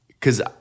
cause